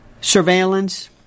surveillance